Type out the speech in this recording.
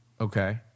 okay